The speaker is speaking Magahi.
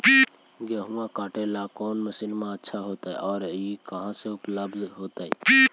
गेहुआ काटेला कौन मशीनमा अच्छा होतई और ई कहा से उपल्ब्ध होतई?